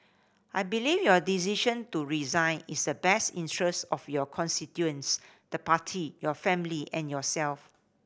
I believe your decision to resign is a best interest of your constituents the party your family and yourself